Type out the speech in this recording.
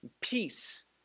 peace